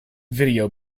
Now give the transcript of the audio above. video